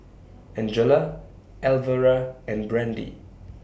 Angela Alvera and Brandee